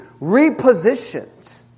repositioned